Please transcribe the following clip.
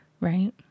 Right